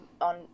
on